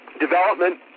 development